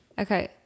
Okay